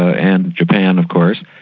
and japan of course,